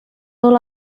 all